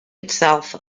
itself